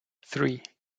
three